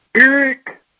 Eric